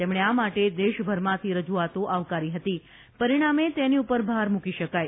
તેમણે આ માટે દેશભરમાંથી રજૂઆતો આવકારી હતી પરિણામે તેની પર ભાર મૂકી શકાય